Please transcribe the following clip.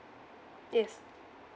yes